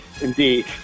indeed